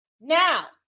Now